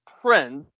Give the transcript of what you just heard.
print